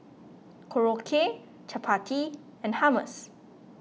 Korokke Chapati and Hummus